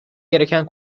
gereken